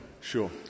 Sure